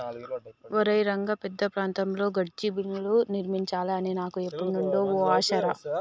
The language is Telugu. ఒరై రంగ పెద్ద ప్రాంతాల్లో గడ్డిబీనులు నిర్మించాలి అని నాకు ఎప్పుడు నుండో ఓ ఆశ రా